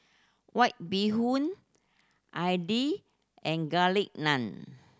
White Bee Hoon idly and Garlic Naan